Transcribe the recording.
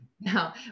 Now